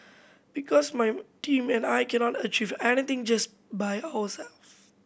because my team and I cannot achieve anything just by ourselves